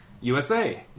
USA